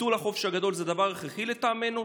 ביטול החופש הגדול זה דבר הכרחי, לטעמנו.